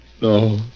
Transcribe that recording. No